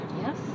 Yes